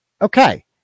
Okay